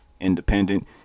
independent